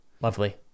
Lovely